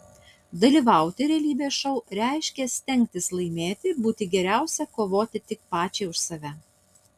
dalyvauti realybės šou reiškia stengtis laimėti būti geriausia kovoti tik pačiai už save